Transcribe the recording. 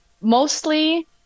mostly